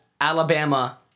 Alabama